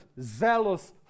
zealous